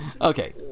Okay